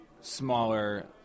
smaller